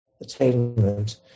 Attainment